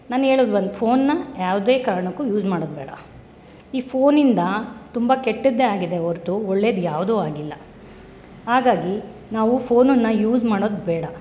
ನಾನು ಹೇಳೋದು ಒಂದು ಫೋನ್ನ ಯಾವುದೇ ಕಾರಣಕ್ಕೂ ಯೂಸ್ ಮಾಡೋದು ಬೇಡ ಈ ಫೋನ್ನಿಂದ ತುಂಬ ಕೆಟ್ಟದ್ದೇ ಆಗಿದೆ ಹೊರತು ಒಳ್ಳೆದು ಯಾವುದೂ ಆಗಿಲ್ಲ ಹಾಗಾಗಿ ನಾವು ಫೋನ್ನ ಯೂಸ್ ಮಾಡೋದು ಬೇಡ